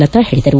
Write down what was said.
ಲತಾ ಹೇಳಿದರು